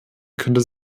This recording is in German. könnte